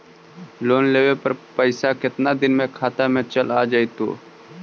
Loan लेब पर पैसा कितना दिन में खाता में चल आ जैताई?